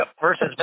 versus